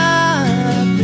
up